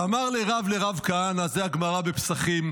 דאמר ליה רב לרב כהנא" זה הגמרא בפסחים,